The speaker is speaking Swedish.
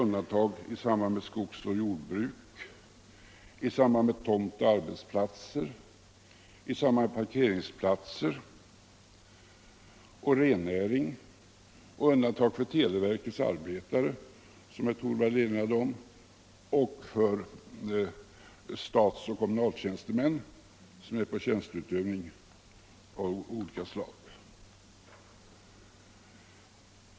— undantag i samband med skogsoch jordbruk, i samband med tomtoch arbetsplatser samt parkeringsplatser, undantag för rennäring, för televerkets arbetare, som herr Torwald erinrade om, och för statsoch kommunaltjänstemän som är på tjänsteutövning av olika slag.